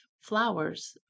flowers